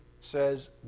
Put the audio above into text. says